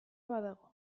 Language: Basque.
badago